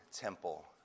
temple